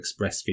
ExpressVPN